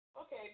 Okay